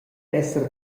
esser